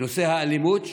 בנושא האלימות,